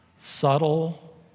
Subtle